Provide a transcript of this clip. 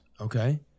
Okay